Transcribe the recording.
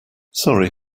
sorry